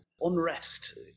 unrest